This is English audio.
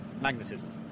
magnetism